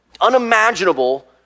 unimaginable